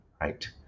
Right